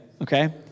okay